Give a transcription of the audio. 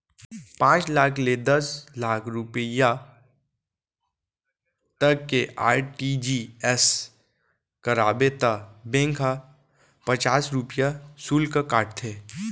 पॉंच लाख ले दस लाख रूपिया तक के आर.टी.जी.एस कराबे त बेंक ह पचास रूपिया सुल्क काटथे